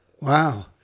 Wow